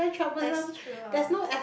that's true orh